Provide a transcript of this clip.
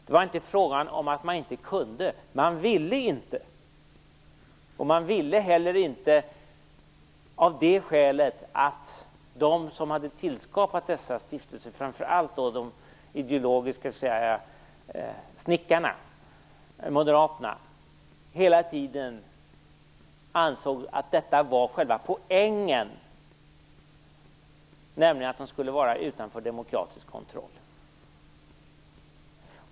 Det var inte fråga om att man inte kunde; man ville inte. Ett skäl till det var att de som hade skapat dessa stiftelser, framför allt de ideologiska snickarna Moderaterna, hela tiden ansåg att detta var själva poängen, nämligen att de skulle vara utanför demokratisk kontroll.